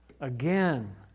again